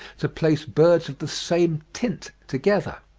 to place birds of the same tint together.